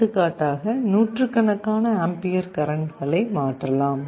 எடுத்துக்காட்டாக நூற்றுக்கணக்கான ஆம்பியர் கரண்ட்களை மாற்றலாம்